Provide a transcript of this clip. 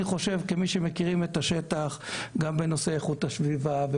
חושב שכמי שמכירים את השטח בנושאי איכות סביבה,